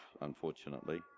unfortunately